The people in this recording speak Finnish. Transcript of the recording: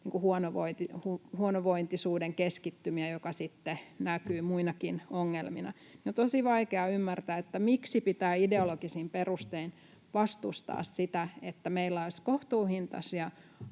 huonovointisuuden keskittymiä, mikä sitten näkyy muinakin ongelmina. On tosi vaikea ymmärtää, miksi pitää ideologisin perustein vastustaa sitä, että meillä olisi kohtuuhintaisia